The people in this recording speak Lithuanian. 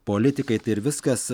politikai tai ir viskas